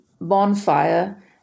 bonfire